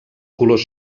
colors